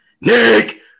Nick